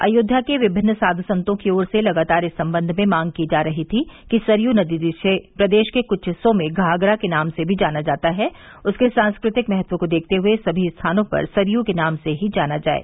अयोध्या के विभिन्न साधू संतों की ओर से लगातार इस संबंध में मांग की जा रही थी कि सरयू नदी जिसे प्रदेश के कुछ हिस्सों में घाघरा नाम से भी जाना जाता है उसके सांस्कृतिक महत्व को देखते हुए सभी स्थानों पर सरयू के नाम से ही जाना जाये